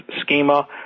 schema